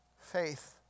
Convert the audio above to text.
faith